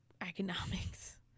economics